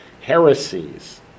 heresies